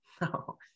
no